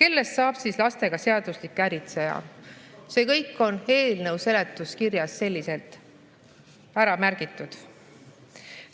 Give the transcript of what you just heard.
kellest saab seaduslik lastega äritseja. See kõik on eelnõu seletuskirjas selliselt ära märgitud.